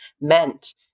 meant